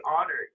honored